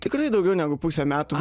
tikrai daugiau negu pusę metų